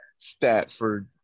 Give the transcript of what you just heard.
Statford